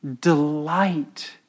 delight